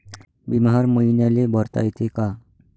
बिमा हर मईन्याले भरता येते का?